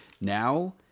Now